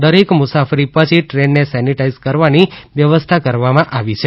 દરેક મુસાફરી પછી ટ્રેનને સેનેટાઇઝ કરવાની વ્યવસ્થા કરવામાં આવી છે